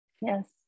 yes